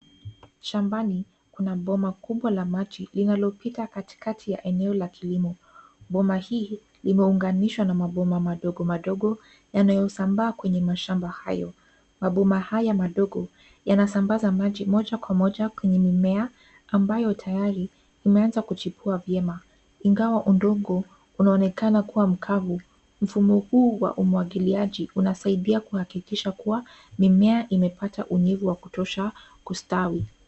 Shambani, kuna bomba kubwa la maji, linalopita katikati ya eneo la kilimo. Bomba hili limeunganishwa na mabomba madogo madogo yanayosambaa kwenye mashamba hayo. Mabomba haya madogo, yanasambaza maji moja kwa moja kwenye mimea ambayo tayari imeanza kuchipua vyema, ingawa udongo unaonekana kuwa mkavu. Mfumo huu wa umwagiliaji unasaidia kuhakikisha kuwa mimea imepata unyevu wa kutosha kustawi.